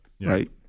right